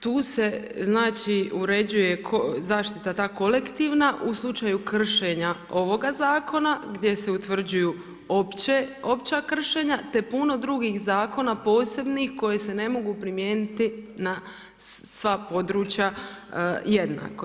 Tu se znači uređuje zaštita ta kolektivna u slučaju kršenja ovoga zakona gdje se utvrđuju opća kršenja, te puno drugih zakona posebnih koje se ne mogu primijeniti na sva područja jednako.